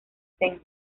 zen